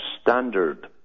standard